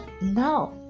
no